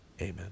amen